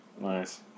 Nice